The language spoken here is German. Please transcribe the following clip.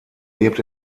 lebt